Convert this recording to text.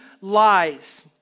lies